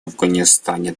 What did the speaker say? афганистане